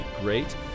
great